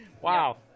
wow